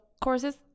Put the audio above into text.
courses